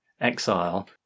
exile